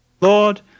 Lord